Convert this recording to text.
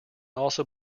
also